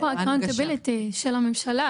יש פה אחריותיות של הממשלה,